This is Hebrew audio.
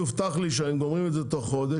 הובטח לי שהם גומרים את זה תוך חודש,